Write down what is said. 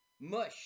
Mush